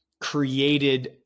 created